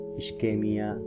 ischemia